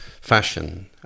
fashion